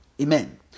Amen